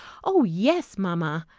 oh, yes, mamma!